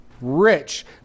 rich